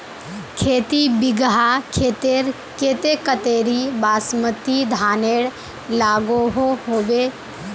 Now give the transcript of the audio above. खेती बिगहा खेतेर केते कतेरी बासमती धानेर लागोहो होबे?